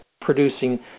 producing